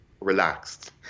relaxed